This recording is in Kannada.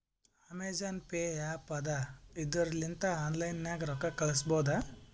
ಅಮೆಜಾನ್ ಪೇ ಆ್ಯಪ್ ಅದಾ ಇದುರ್ ಲಿಂತ ಆನ್ಲೈನ್ ನಾಗೆ ರೊಕ್ಕಾ ಕಳುಸ್ಬೋದ